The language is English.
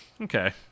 Okay